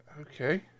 Okay